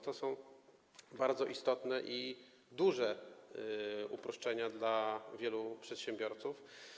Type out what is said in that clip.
To są bardzo istotne i duże uproszczenia dla wielu przedsiębiorców.